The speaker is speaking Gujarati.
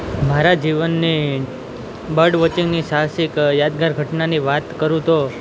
મારા જીવનની બર્ડ વોચીંગની સાહસિક યાદગાર ઘટનાની વાત કરું તો